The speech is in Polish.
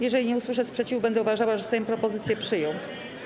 Jeżeli nie usłyszę sprzeciwu, będę uważała, że Sejm propozycję przyjął.